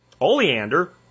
Oleander